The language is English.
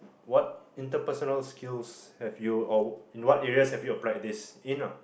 what interpersonal skills have you or what areas have you applied this in lah